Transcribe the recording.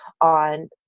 On